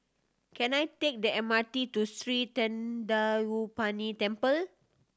can I take the M R T to Sri Thendayuthapani Temple